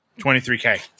23K